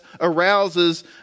arouses